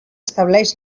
estableix